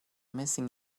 missing